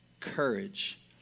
Courage